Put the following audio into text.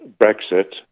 Brexit